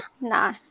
nah